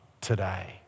today